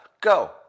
Go